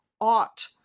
ought